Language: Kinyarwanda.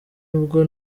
ubwo